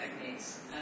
techniques